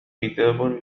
كتاب